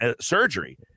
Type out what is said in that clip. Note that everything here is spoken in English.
surgery